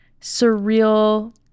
surreal